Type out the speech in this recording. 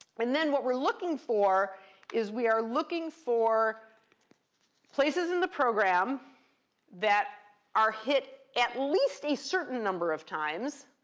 and then what we're looking for is we are looking for places in the program that are hit at least a certain number of times,